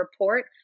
report